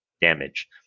damage